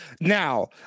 Now